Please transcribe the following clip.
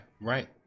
right